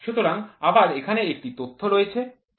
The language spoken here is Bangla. সুতরাং আবার এখানে একটি তথ্য রয়েছে